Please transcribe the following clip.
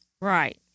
Right